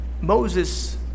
Moses